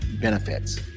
benefits